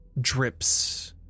drips